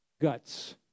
Guts